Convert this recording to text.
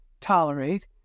tolerate